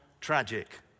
tragic